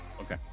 Okay